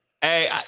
Hey